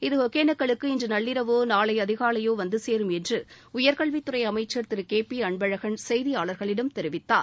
இது ஒகேனக்கல்லுக்கு இன்றுநள்ளிரவோ நாளைஅதிகாலையோவந்தசேரும் என்றுஉயர்கல்வித் துறைஅமைச்சர் திருகேபிஅன்பழகன் செய்தியாளர்களிடம் தெரிவித்தார்